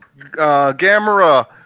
Gamera